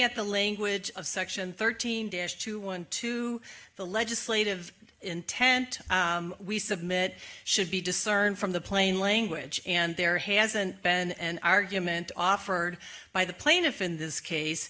at the language of section thirteen dash to one to the legislative intent we submit should be discerned from the plain language and there hasn't been an argument offered by the plaintiff in this case